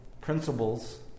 principles